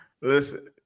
Listen